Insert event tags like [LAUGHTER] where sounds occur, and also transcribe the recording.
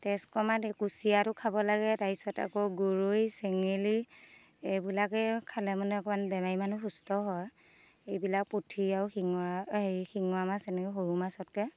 তেজ কমাত [UNINTELLIGIBLE] কুচিয়াটো খাব লাগে তাৰ পিছত আকৌ গৰৈ চেঙেলী এইবিলাকেই খালে মানে অকণমান বেমাৰী মানুহ সুস্থ হয় এইবিলাক পুঠি আৰু শিঙৰা সেই শিঙৰা মাছ এনেকৈ সৰু মাছতকৈ